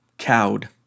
Cowed